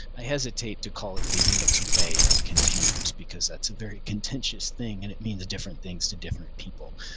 i hesitate to call it the unik's way of containers because that's a very contentious thing and it means a different thing to different people.